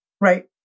Right